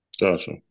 Gotcha